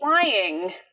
flying